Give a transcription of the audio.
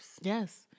Yes